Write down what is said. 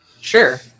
Sure